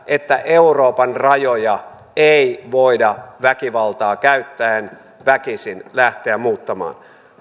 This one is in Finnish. että euroopan rajoja ei voida väkivaltaa käyttäen väkisin lähteä muuttamaan